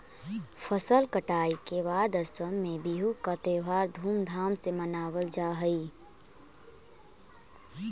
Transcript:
फसल कटाई के बाद असम में बिहू का त्योहार धूमधाम से मनावल जा हई